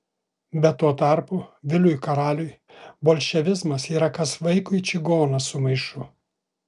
bet tuo tarpu viliui karaliui bolševizmas yra kas vaikui čigonas su maišu